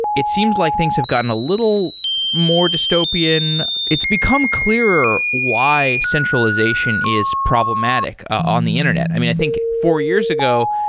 it seems like things have gotten a little more dystopian. it's become clearer why centralization is problematic on the internet. i mean, i think four years ago,